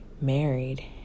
married